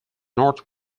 north